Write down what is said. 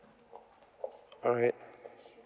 alright